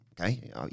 okay